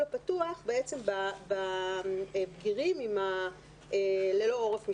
הפתוח לגבי הבגירים ללא עורף משפחתי.